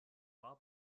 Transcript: bob